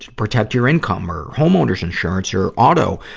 protect your income, or homeowner's insurance or auto,